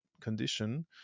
condition